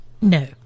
No